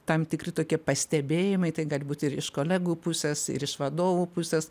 tam tikri tokie pastebėjimai tai gali būt ir iš kolegų pusės ir iš vadovų pusės